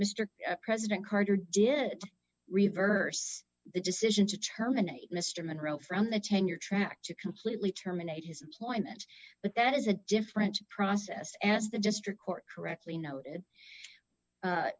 mr president carter did reverse the decision to terminate mr monroe from the tenure track to completely terminate his employment but that is a different process as the district court correctly noted